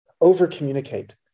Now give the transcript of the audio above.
over-communicate